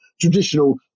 traditional